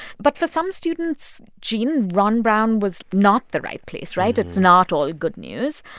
but for some students, gene, ron brown was not the right place. right? it's not all ah good news.